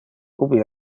ubi